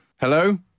Hello